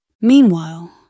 Meanwhile